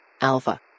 Alpha